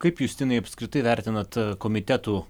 kaip justinai apskritai vertinat komitetų